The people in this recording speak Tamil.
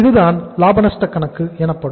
இதுதான் லாப நஷ்டக் கணக்கு எனப்படும்